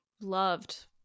loved